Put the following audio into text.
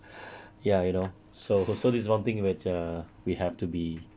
ya you know so so this is one thing which err we have to be